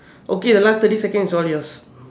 okay the last thirty seconds is all yours